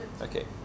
Okay